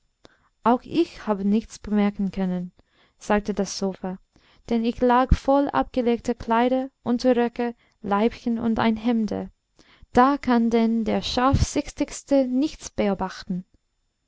auch ich hab nichts bemerken können sagte das sofa denn ich lag voll abgelegter kleider unterröcke leibchen und ein hemde da kann denn der scharfsichtigste nichts beobachten